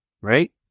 right